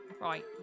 Right